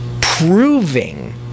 proving